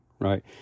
right